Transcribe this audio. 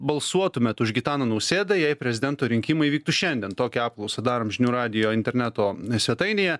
balsuotumėt už gitaną nausėdą jei prezidento rinkimai vyktų šiandien tokią apklausą darom žinių radijo interneto svetainėje